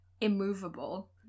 immovable